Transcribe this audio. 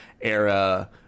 era